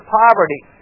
poverty